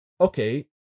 okay